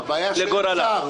הבעיה היא שאין שר.